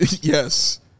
yes